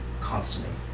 constantly